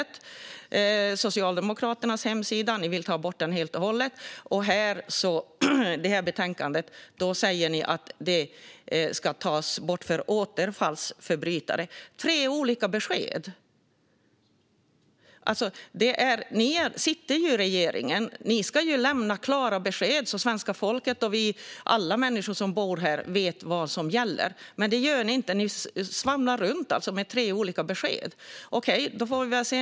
Enligt Socialdemokraternas hemsida vill ni ta bort den helt och hållet, och i detta betänkande säger ni att den ska tas bort för återfallsförbrytare. Det är tre olika besked. Socialdemokraterna sitter i regeringen. Ni ska lämna klara besked så att svenska folket och alla människor som bor här vet vad som gäller. Men det gör ni inte. Ni svamlar och ger tre olika besked. Okej, då får vi väl se.